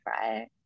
right